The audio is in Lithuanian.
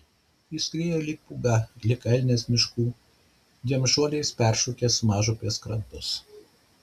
jis skriejo lyg pūga lyg elnias miškų dviem šuoliais peršokęs mažupės krantus